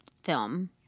Film